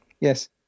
Yes